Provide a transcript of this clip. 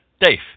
Dave